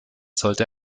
sollte